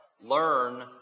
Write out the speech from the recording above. Learn